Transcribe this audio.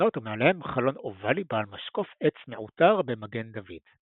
חלונות ומעליהם חלון אובלי בעל משקוף עץ מעוטר במגן דוד.